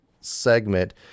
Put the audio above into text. segment